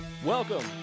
Welcome